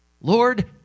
Lord